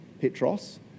Petros